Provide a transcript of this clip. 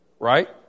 Right